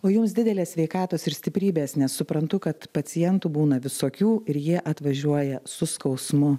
o jums didelės sveikatos ir stiprybės nes suprantu kad pacientų būna visokių ir jie atvažiuoja su skausmu